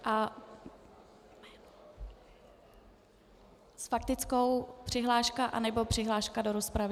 A s faktickou přihláškou, nebo přihláška do rozpravy?